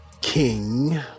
king